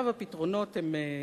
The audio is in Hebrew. הפתרונות הם רבים,